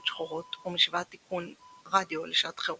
שחורות או משואת איכון רדיו לשעת חירום.